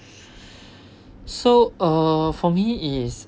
so uh for me is